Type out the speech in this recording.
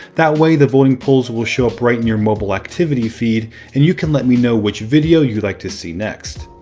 that way the voting polls will show up right in your mobile activity feed and you can let me know which video you'd like to see next.